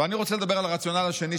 ואני רוצה לדבר על הרציונל השני,